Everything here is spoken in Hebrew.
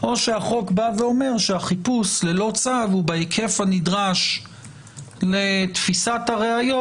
או שהחוק אומר שהחיפוש ללא צו הוא בהיקף הנדרש לתפיסת הראיות